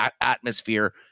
atmosphere